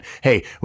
hey